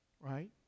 right